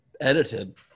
edited